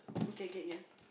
okay kay can